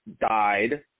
died